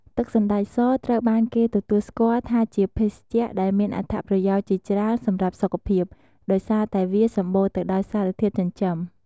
ទឹកសណ្តែកសត្រូវបានគេទទួលស្គាល់ថាជាភេសជ្ជៈដែលមានអត្ថប្រយោជន៍ជាច្រើនសម្រាប់សុខភាព ដោយសារតែវាសម្បូរទៅដោយសារធាតុចិញ្ចឹម។